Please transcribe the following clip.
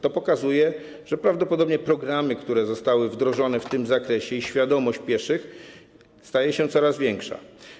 To pokazuje, że chodzi prawdopodobnie o programy, które zostały wdrożone w tym zakresie, i o świadomość pieszych, która staje się coraz większa.